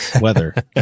Weather